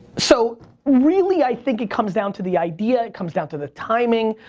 so really i think it comes down to the idea, it comes down to the timing.